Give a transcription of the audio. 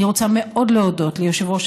אני רוצה מאוד להודות ליושב-ראש